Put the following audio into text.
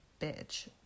bitch